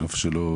כמו שהוא אומר,